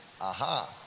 Aha